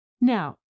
Now